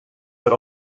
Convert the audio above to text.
but